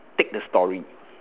take the story